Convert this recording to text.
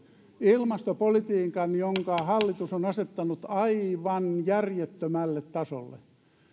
ilmastopolitiikan jonka hallitus on asettanut aivan järjettömälle tasolle